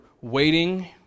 waiting